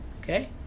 Okay